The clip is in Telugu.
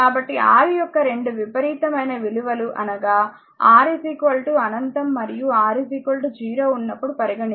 కాబట్టి R యొక్క 2 విపరీతమైన విలువలు అనగా R అనంతం మరియు R 0 ఉన్నప్పుడు పరిగణించాలి